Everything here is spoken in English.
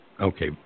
Okay